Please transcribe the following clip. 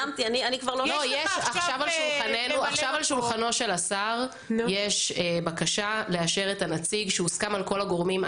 עכשיו על שולחנו של השר יש בקשה לאשר את הנציג שהוסכם על כל הגורמים.